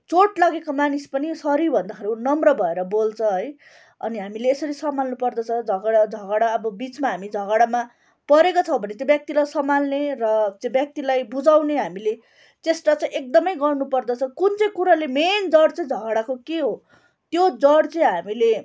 चोट लागेको मानिस पनि सरी भन्दाखेरि नम्र भएर बोल्छ है अनि हामीले यसरी सम्हाल्नु पर्दछ झगडा झगडा अब बिचमा हामी झगडामा परेको छ भने त्यो व्यक्तिलाई सम्हाल्ने र त्यो व्यक्तिलाई बुझाउने हामीले चेष्टा चाहिँ एकदमै गर्नु पर्दछ कुन चाहिँ कुरोले मेन जड चाहिँ झगडाको के हो त्यो जड चाहिँ हामीले